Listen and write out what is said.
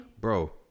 bro